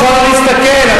אפשר להסתכל,